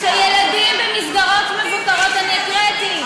שילדים במסגרות מבוקרות, אני הקראתי.